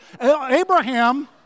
Abraham